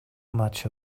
much